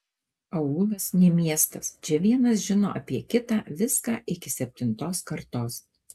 aūlas ne miestas čia vienas žino apie kitą viską iki septintos kartos